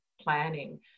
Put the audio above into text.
planning